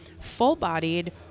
full-bodied